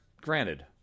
granted